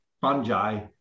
fungi